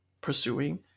pursuing